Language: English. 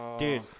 Dude